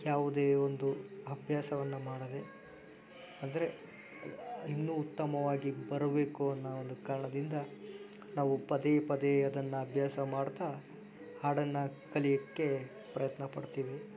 ಯಾವುದೇ ಒಂದು ಅಭ್ಯಾಸವನ್ನು ಮಾಡದೇ ಅಂದರೆ ಇನ್ನೂ ಉತ್ತಮವಾಗಿ ಬರಬೇಕು ಅನ್ನೋ ಒಂದು ಕಾರಣದಿಂದ ನಾವು ಪದೇ ಪದೇ ಅದನ್ನು ಅಭ್ಯಾಸ ಮಾಡ್ತಾ ಹಾಡನ್ನು ಕಲಿಯೋಕ್ಕೆ ಪ್ರಯತ್ನ ಪಡ್ತೀವಿ